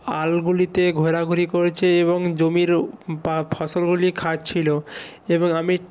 আলগুলিতে ঘোরাঘুরি করছে এবং জমির বা ফসলগুলি খাচ্ছিলো এবং আমি